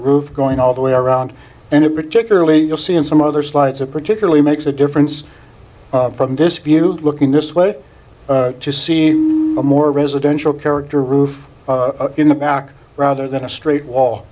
roof going all the way around and it particularly you'll see in some other slides a particularly makes a difference from dispute looking this way to see a more residential character roof in the back rather than a straight wall